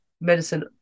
medicine